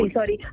Sorry